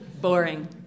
Boring